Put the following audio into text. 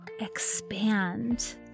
expand